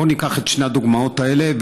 בואו ניקח את שתי הדוגמאות האלה,